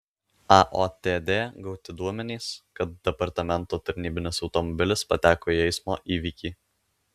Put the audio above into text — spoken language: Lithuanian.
aotd gauti duomenys kad departamento tarnybinis automobilis pateko į eismo įvykį